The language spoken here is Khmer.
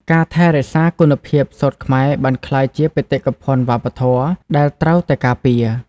ការថែរក្សាគុណភាពសូត្រខ្មែរបានក្លាយជា បេតិកភណ្ឌវប្បធម៌ ដែលត្រូវតែការពារ។